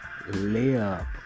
layup